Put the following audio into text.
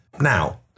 now